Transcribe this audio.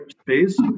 space